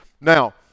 Now